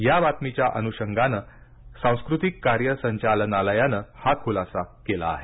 या बातमीच्या अनुषंगाने सांस्कृतिक कार्य संचालनालयाने हा खुलासा केला आहे